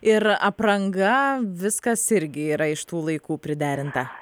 ir apranga viskas irgi yra iš tų laikų priderinta